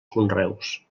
conreus